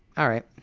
all right